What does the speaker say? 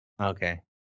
Okay